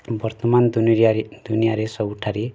ବର୍ତ୍ତମାନ ଦୁନିଆରେ ସବୁଠାରେ